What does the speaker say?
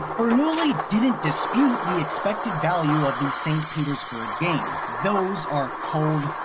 bernoulli didn't dispute the expected value of the st. petersburg game those are cold,